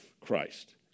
Christ